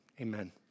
Amen